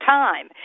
time